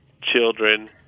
children